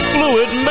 Fluid